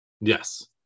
Yes